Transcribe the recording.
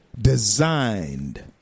Designed